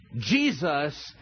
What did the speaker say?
Jesus